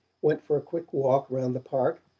went for a quick walk around the park,